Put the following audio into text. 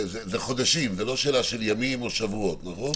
זה חודשים, זה לא שאלה של ימים או שבועות, נכון?